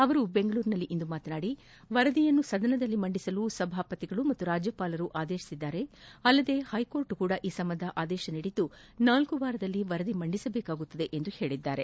ಅವರು ಬೆಂಗಳೂರಿನಲ್ಲಿಂದು ಮಾತನಾದಿ ವರದಿಯನ್ನು ಸದನದಲ್ಲಿ ಮಂಡಿಸಲು ಸಭಾಪತಿ ಮತ್ತು ರಾಜ್ಯಪಾಲರು ಆದೇಶಿಸಿದ್ದಾರೆ ಅಲ್ಲದೆ ಹೈಕೋರ್ಟ್ ಕೂಡ ಈ ಸಂಬಂಧ ಆದೇಶ ನೀಡಿದ್ದು ನಾಲ್ಕು ವಾರಗಳಲ್ಲಿ ವರದಿ ಮಂಡಿಸಬೇಕಾಗುತ್ತದೆ ಎಂದು ಹೇಳಿದ್ದಾರೆ